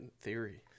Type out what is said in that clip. Theory